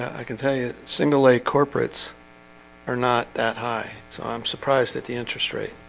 i can tell you single-leg corporates are not that high so i'm surprised at the interest rate